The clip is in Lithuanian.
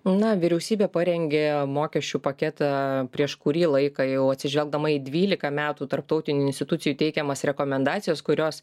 na vyriausybė parengė mokesčių paketą prieš kurį laiką jau atsižvelgdama į dvylika metų tarptautinių institucijų teikiamas rekomendacijas kurios